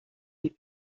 die